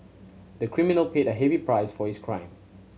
the criminal paid a heavy price for his crime